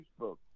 Facebook